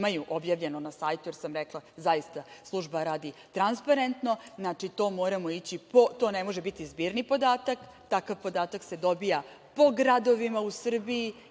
imaju već objavljeno na sajtu, jer sam rekla, služba radi transparentno, znači to ne može biti zbirni podatak. Takav podatak se dobija po gradovima u Srbiji